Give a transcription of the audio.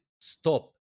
stop